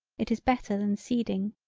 it is better than seeding.